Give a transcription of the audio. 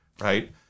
right